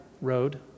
road